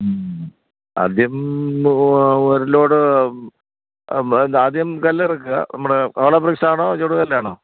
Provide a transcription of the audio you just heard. മ് ആദ്യം ഒരു ലോട് ആദ്യം കല്ല് ഇറക്കുക നമ്മുടെ ഹോളോ ബ്രിക്സ് ആണോ ചുടു കല്ലാണോ